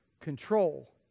control